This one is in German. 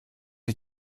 ich